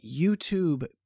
YouTube